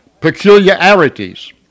peculiarities